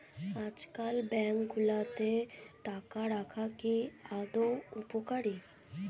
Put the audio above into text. আজকাল ব্যাঙ্কগুলোতে টাকা রাখা কি আদৌ উপকারী?